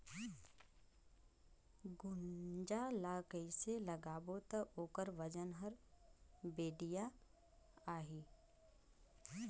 गुनजा ला कइसे लगाबो ता ओकर वजन हर बेडिया आही?